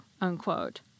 unquote